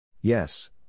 Yes